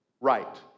right